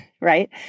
right